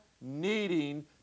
needing